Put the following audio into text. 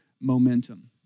momentum